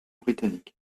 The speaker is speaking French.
britannique